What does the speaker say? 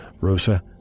Rosa